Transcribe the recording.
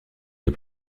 les